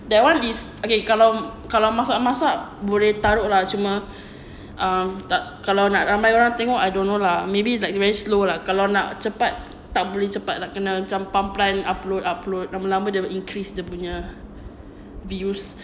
that one is okay kalau kalau masak boleh taruh lah cuma um tak kalau nak ramai orang tengok I don't know lah maybe like very slow lah kalau nak cepat tak boleh cepat lah kena macam perlahan-perlahan upload upload lama-lama they will increase dia punya views